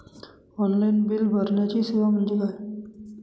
Online bill भरण्याची सेवा म्हणजे काय?